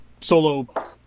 solo